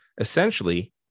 Essentially